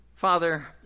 Father